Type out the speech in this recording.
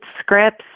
scripts